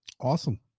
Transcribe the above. Awesome